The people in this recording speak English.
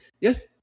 Yes